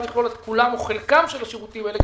לכלול את כולם או חלקם של השירותים האלה,